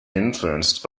influenced